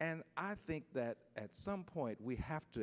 and i think that at some point we have to